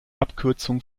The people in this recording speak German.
abkürzung